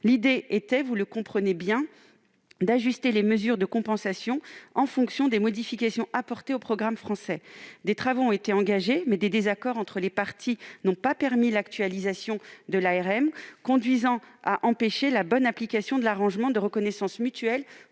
L'idée était, vous le comprenez bien, d'ajuster les mesures de compensation en fonction des modifications apportées au programme français. Des travaux ont été engagés mais des désaccords entre les parties n'ont pas permis l'actualisation de l'ARM, conduisant à empêcher la bonne application de l'arrangement de reconnaissance mutuelle